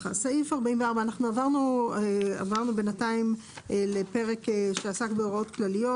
עברנו לפרק שעסק בהוראות כלליות,